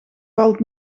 valt